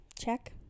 check